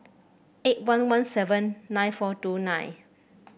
eight one one seven nine four two nine